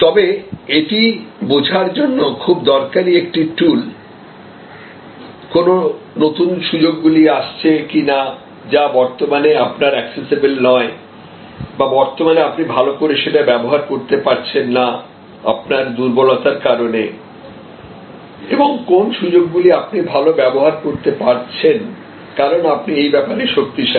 তবে এটি বোঝার জন্য খুব দরকারী একটি টুল কোন নতুন সুযোগগুলি আছে যা বর্তমানে আপনার অ্যাক্সিসিবল নয় বা বর্তমানে আপনি ভালো করে সেটা ব্যবহার করতে পারছেন না আপনার দুর্বলতার কারণে এবং কোন সুযোগগুলি আপনি ভাল ব্যবহার করতে পারছেন কারণ আপনি এই ব্যাপারে শক্তিশালী